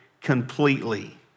completely